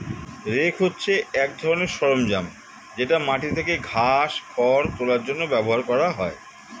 rake হচ্ছে এক ধরনের সরঞ্জাম যেটা মাটি থেকে ঘাস, খড় তোলার জন্য ব্যবহার করা হয়